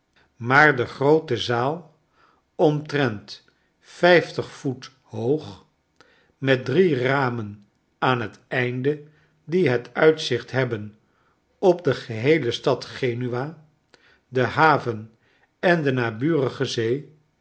maar de groote zaal omtrent vijftig voet hoog met drieramenaan het einde die het uitzicht hebben op de geheele stad genua de haven en de